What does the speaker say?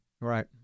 Right